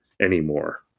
anymore